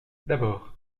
d’abord